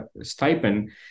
stipend